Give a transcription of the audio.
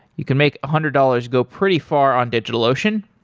you can make a hundred dollars go pretty far on digitalocean.